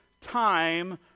time